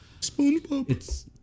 Spongebob